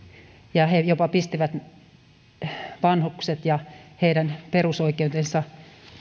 ja he jopa pistivät vanhukset ja heidän perusoikeutensa